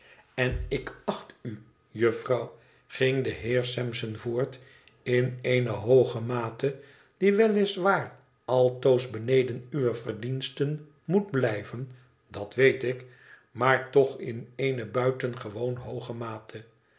en ik acht u juffrouw ging de heer saropson voort in eene hooge mate die wel is waar altoos beneden uwe verdiensten moet blijven dat weet ik maar toch in eene buitgewoon hooge mate